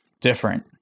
different